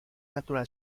natural